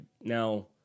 now